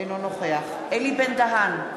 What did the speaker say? אינו נוכח אלי בן-דהן,